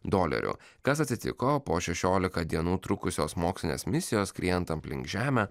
dolerių kas atsitiko po šešiolika dienų trukusios mokslinės misijos skriejant aplink žemę